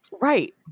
right